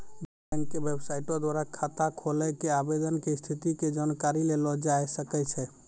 bank के बेबसाइटो द्वारा खाता खोलै के आवेदन के स्थिति के जानकारी लेलो जाय सकै छै